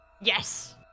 Yes